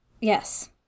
yes